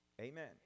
Amen